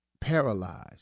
paralyzed